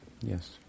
Yes